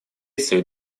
совет